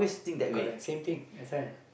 correct same thing that's why